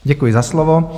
Děkuji za slovo.